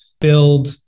build